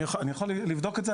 אני יכול לבדוק את זה,